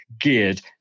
geared